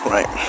Right